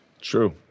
True